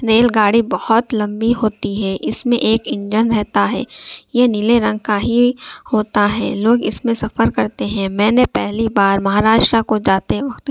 rail گاڑی بہت لمبی ہوتی ہے اس میں ایک انجن رہتا ہے یہ نیلے رنگ کا ہی ہوتا ہے لوگ اس میں سفر کرتے ہیں میں نے پہلی بار مہاراشٹرا کو جاتے وقت